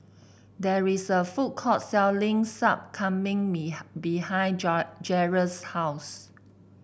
there is a food court selling Sup Kambing behind Jerrel's house